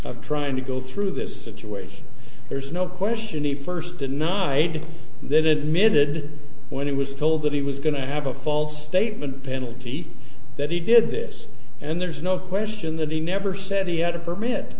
of trying to go through this situation there's no question he first denied then admitted when he was told that he was going to have a false statement penalty that he did this and there's no question that he never said he had a permit